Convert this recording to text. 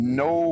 no